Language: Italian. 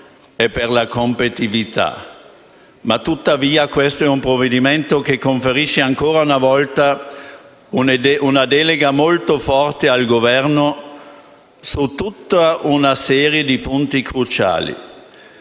e per la competitività. Tuttavia, questo è un provvedimento che conferisce ancora una volta una delega molto forte al Governo su tutta una serie di punti cruciali.